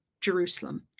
Jerusalem